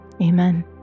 Amen